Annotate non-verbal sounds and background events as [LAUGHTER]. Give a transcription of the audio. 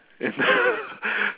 and [LAUGHS]